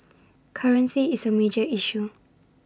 currency is A major issue